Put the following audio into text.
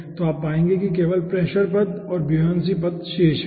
तो आप पाएंगे कि केवल प्रेशर पद और ब्योयांसी पद शेष है